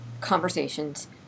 conversations